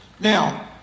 Now